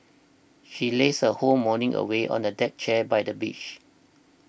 she lazed her whole morning away on the deck chair by the beach